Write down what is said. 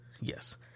Yes